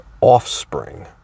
offspring